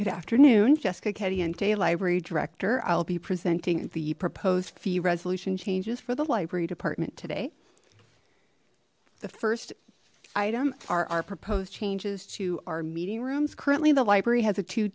director i'll be presenting the proposed fee resolution changes for the library department today the first item are our proposed changes to our meeting rooms currently the library has a two